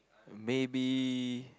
maybe